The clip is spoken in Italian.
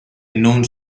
non